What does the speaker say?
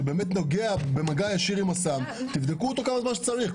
שבאמת נוגע במגע ישיר עם הסם תבדקו אותו כמה זמן שצריך.